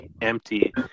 empty